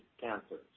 cancers